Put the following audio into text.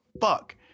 fuck